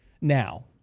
now